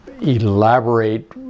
elaborate